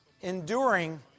enduring